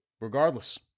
regardless